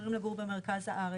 בוחרים לגור במרכז הארץ,